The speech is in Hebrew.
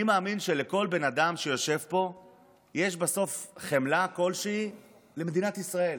אני מאמין שלכל בן אדם שיושב פה יש בסוף חמלה כלשהי למדינת ישראל.